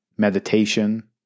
meditation